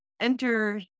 enter